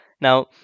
Now